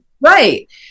right